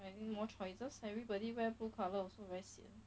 and then more choices everybody wear blue colour also wear till sian